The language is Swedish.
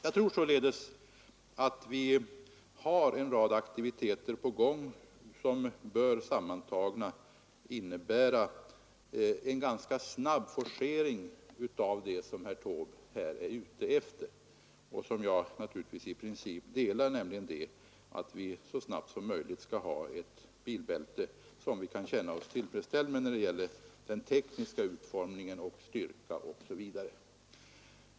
Vi har alltså en rad aktiviteter i gång som bör tillsammantagna innebära en ganska snabb forcering av det som herr Taube här är ute efter och som jag naturligtvis i princip ansluter mig till, nämligen att vi så snabbt som möjligt skall ha ett bälte som vi kan känna oss tillfredsställda med i fråga om teknisk utformning, styrka osv.